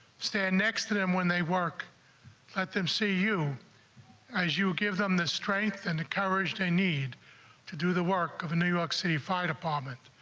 stand next to them when they work let them see you as you give them the strength and the courage to need to do the work of new york city fire department.